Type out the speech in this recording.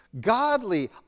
godly